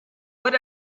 what